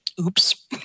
Oops